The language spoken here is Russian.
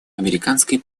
американской